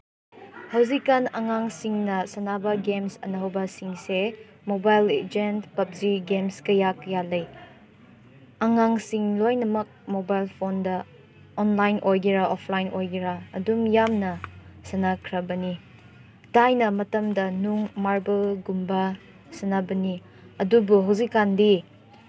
ꯍꯧꯖꯤꯛꯀꯥꯟ ꯑꯉꯥꯡꯁꯤꯡꯅ ꯁꯥꯟꯅꯕ ꯒꯦꯝꯁ ꯑꯅꯧꯕꯁꯤꯡꯁꯦ ꯃꯣꯕꯥꯏꯜ ꯂꯤꯖꯦꯟ ꯄꯞꯖꯤ ꯒꯦꯝꯁ ꯀꯌꯥ ꯀꯌꯥ ꯂꯩ ꯑꯉꯥꯡꯁꯤꯡ ꯂꯣꯏꯅꯃꯛ ꯃꯣꯕꯥꯏꯜ ꯐꯣꯟꯗ ꯑꯣꯟꯂꯥꯏꯟ ꯑꯣꯏꯒꯦꯔꯥ ꯑꯣꯐꯂꯥꯏꯟ ꯑꯣꯏꯒꯦꯔꯥ ꯑꯗꯨꯝ ꯌꯥꯝꯅ ꯁꯥꯟꯅꯈ꯭ꯔꯕꯅꯤ ꯊꯥꯏꯅ ꯃꯇꯝꯗ ꯅꯨꯡ ꯃꯥꯔꯕꯜꯒꯨꯝꯕ ꯁꯥꯟꯅꯕꯅꯤ ꯑꯗꯨꯕꯨ ꯍꯧꯖꯤꯛꯀꯥꯟꯗꯤ